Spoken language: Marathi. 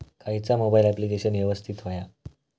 खयचा मोबाईल ऍप्लिकेशन यवस्तित होया?